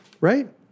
Right